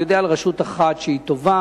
אני יודע על רשות אחת שתובעת,